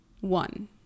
one